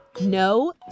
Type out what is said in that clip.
No